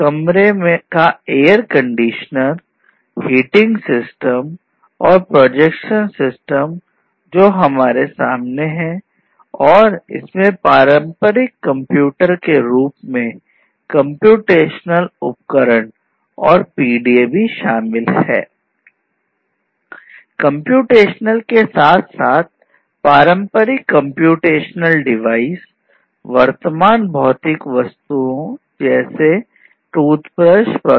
computational के साथ साथ पारंपरिक कम्प्यूटेशनल डिवाइस किया जा सके